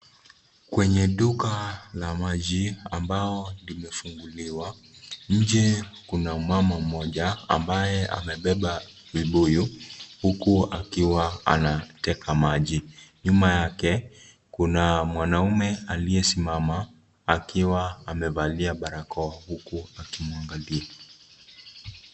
Kwenye duka la maji ambalo limefunguliwa. Nje kuna mama mmoja ambaye amebeba vibuyu huku akiwa anateka maji. Nyuma yake kuna mwanamume aliyesimama akiwa amevalia barakoa huku akimwangalia.